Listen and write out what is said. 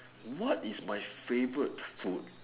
what is my favourite food